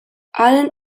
haren